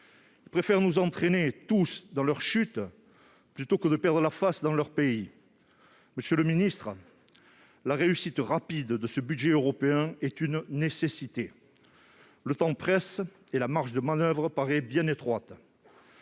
Ils préfèrent nous entraîner tous dans leur chute plutôt que de perdre la face dans leur pays. Monsieur le secrétaire d'État, la réussite rapide de ce budget européen est une nécessité. Le temps presse et la marge de manoeuvre paraît bien étroite.